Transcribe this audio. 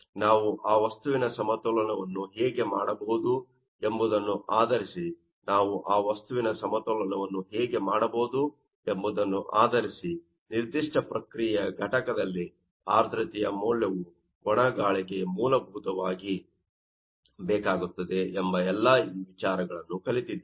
ನಾವು ವಸ್ತುವಿನ ಸಮತೋಲನವನ್ನು ಹೇಗೆ ಮಾಡಬಹುದು ಎಂಬುದನ್ನು ಆಧರಿಸಿ ನಾವು ವಸ್ತುವಿನ ಸಮತೋಲನವನ್ನು ಹೇಗೆ ಮಾಡಬಹುದು ಎಂಬುದನ್ನು ಆಧರಿಸಿ ನಿರ್ದಿಷ್ಟ ಪ್ರಕ್ರಿಯೆಯ ಘಟಕದಲ್ಲಿ ಆರ್ದ್ರತೆಯ ಮೌಲ್ಯವು ಒಣ ಗಾಳಿಗೆ ಮೂಲಭೂತವಾಗಿ ಬೇಕಾಗುತ್ತದೆ ಎಂಬ ಈ ಎಲ್ಲಾ ವಿಚಾರಗಳನ್ನು ಕಲಿತಿದ್ದೇವೆ